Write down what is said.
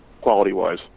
quality-wise